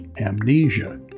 amnesia